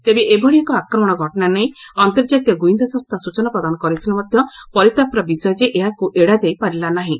ତେବେ ଏଭଳି ଏକ ଆକ୍ରମଣ ଘଟଣା ନେଇ ଅନ୍ତର୍ଜାତୀୟ ଗୁଇନ୍ଦା ସଂସ୍ଥା ସୂଚନା ପ୍ରଦାନ କରିଥିଲେ ମଧ୍ୟ ପରିତାପର ବିଷୟ ଯେ ଏହାକୁ ଏଡ଼ାଯାଇ ପାରିଲା ନାହିଁ